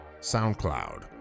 SoundCloud